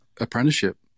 apprenticeship